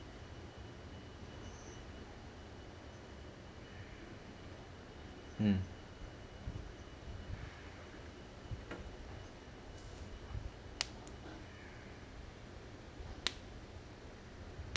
mm